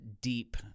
deep